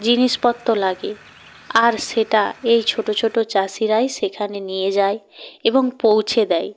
জিনিসপত্র লাগে আর সেটা এই ছোটো ছোটো চাষিরাই সেখানে নিয়ে যায় এবং পৌঁছে দেয়